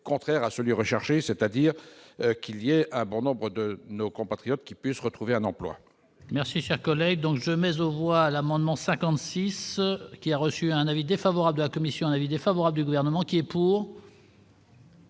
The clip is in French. contraire à celui recherché, c'est-à-dire qu'il y a un bon nombre de nos compatriotes qui puissent retrouver un emploi.